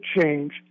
change